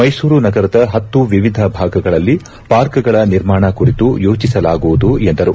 ಮೈಸೂರು ನಗರದ ಹತ್ತು ವಿವಿಧ ಭಾಗಗಳಲ್ಲಿ ಪಾರ್ಕ್ಗಳ ನಿರ್ಮಾಣ ಕುರಿತು ಯೋಚಿಸಲಾಗುವುದು ಎಂದರು